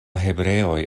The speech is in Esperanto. hebreoj